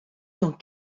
dans